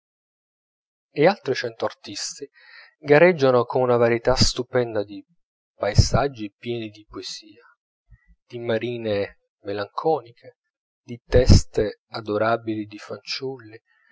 e altri cento artisti gareggiano con una varietà stupenda di paesaggi pieni di poesia di marine melanconiche di teste adorabili di fanciulli